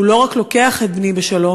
שהוא לא רק לוקח את בני בשלום,